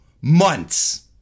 months